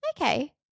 Okay